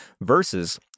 versus